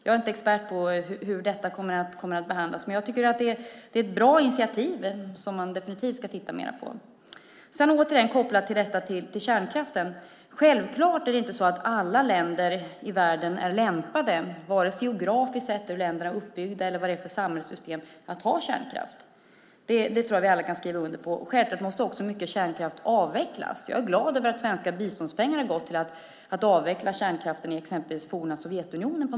Jag är inte expert på hur detta kommer att behandlas, men det är ett bra initiativ som man definitivt ska titta mer på. Självklart är inte alla länder i världen, geografiskt eller på grund av samhällssystem, lämpade att ha kärnkraft. Det kan vi alla skriva under på. Självklart måste också mycket kärnkraft avvecklas. Jag är glad över att svenska biståndspengar har gått till att avveckla kärnkraften på många håll i exempelvis forna Sovjetunionen.